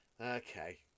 Okay